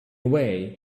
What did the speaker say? way